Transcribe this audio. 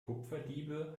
kupferdiebe